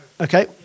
Okay